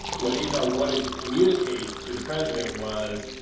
what azar wanted to communicate to the president was,